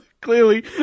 Clearly